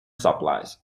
supplies